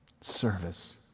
Service